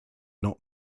not